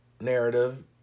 narrative